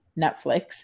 Netflix